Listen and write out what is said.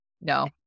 No